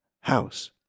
House